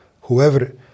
whoever